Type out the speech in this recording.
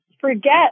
Forget